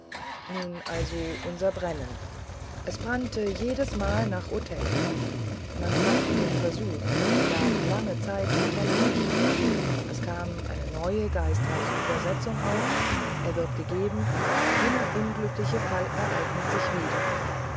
nun also unser brennen es brannte jedesmal nach othello man machte den versuch man gab lange zeit othello nicht es kam eine neue geistreiche übersetzung auf er wird gegeben jener unglücklichste fall ereignete sich wieder